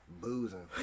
Boozing